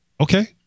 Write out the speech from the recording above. Okay